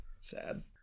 sad